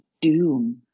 doom